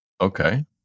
Okay